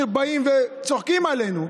שבאים וצוחקים עלינו,